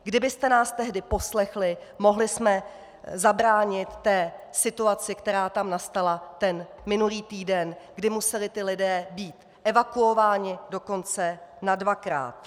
Kdybyste nás tehdy poslechli, mohli jsme zabránit té situaci, které tam nastala minulý týden, kdy museli lidé být evakuováni dokonce nadvakrát.